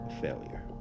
failure